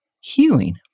healing